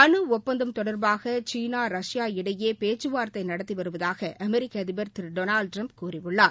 அனு ஒப்பந்தம் தொடர்பாக சீனா ரஷ்யா இடையே பேச்சுவார்த்தை நடத்தி வருவதாக அமெரிக்க அதிபர் திரு டொனால்டு ட்டிரம்பு கூறியுள்ளார்